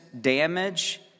damage